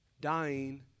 Dying